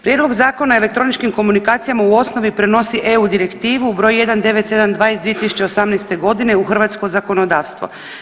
Prijedlog Zakona o elektroničkim komunikacijama u osnovi prenosi EU Direktivu br. 1972 iz 2018.g. u hrvatsko zakonodavstvo.